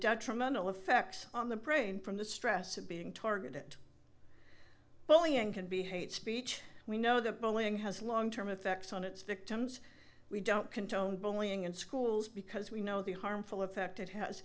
detrimental effects on the prain from the stress of being targeted bullying can be hate speech we know that bullying has long term effects on its victims we don't condone bullying in schools because we know the harmful effect it has